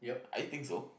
I think so